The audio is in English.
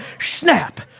Snap